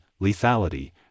lethality